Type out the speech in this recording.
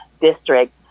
District